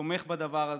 שתומך בדבר הזה.